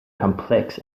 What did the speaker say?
complex